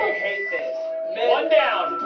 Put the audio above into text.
hate this. one down.